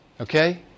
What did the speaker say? Okay